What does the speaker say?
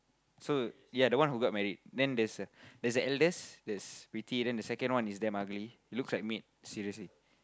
so ya the one who got married then there's a there's a eldest that's pretty then the second is damn ugly looks like maid seriously